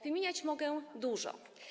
Wymieniać mogę dużo.